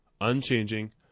unchanging